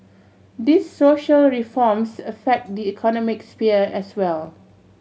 these social reforms affect the economic sphere as well